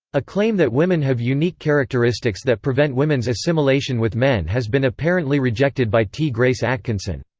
a claim that women have unique characteristics that prevent women's assimilation with men has been apparently rejected by ti-grace atkinson.